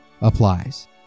applies